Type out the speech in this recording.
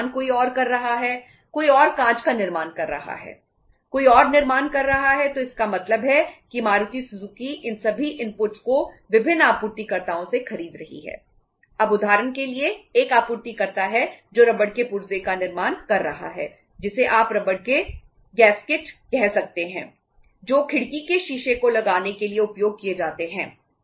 कोई और निर्माण कर रहा है तो इसका मतलब है कि मारुति सुजुकी कह सकते हैं जो खिड़की के शीशे को लगाने के लिए उपयोग किए जाते हैं